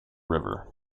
river